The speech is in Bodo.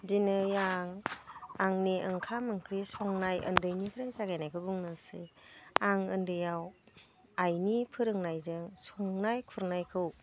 दिनै आं आंनि ओंखाम ओंख्रि संनाय उन्दैनिफ्रायनो जागायनायखौ बुंनोसै आं उन्दैयाव आइनि फोरोंनायजों संनाय खुरनायखौ